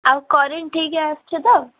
ଆଉ କରେଣ୍ଟ୍ ଠିକ୍ରେ ଆସୁଛି ତ